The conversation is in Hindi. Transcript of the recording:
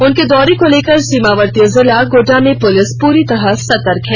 उनके दौरे को लेकर सीमावर्ती जिला गोड्डा में पुलिस पूरी तरह सतर्क है